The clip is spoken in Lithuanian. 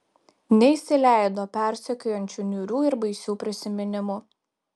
neįsileido persekiojančių niūrių ir baisių prisiminimų